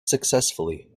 successfully